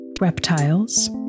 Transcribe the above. reptiles